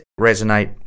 resonate